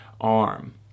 arm